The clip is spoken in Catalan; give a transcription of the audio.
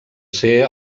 ser